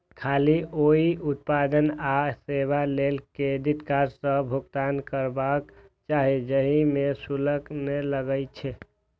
खाली ओइ उत्पाद आ सेवा लेल क्रेडिट कार्ड सं भुगतान करबाक चाही, जाहि मे शुल्क नै लागै छै